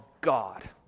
God